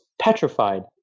petrified